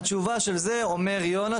התשובה של זה אומר יונש,